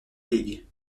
league